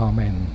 Amen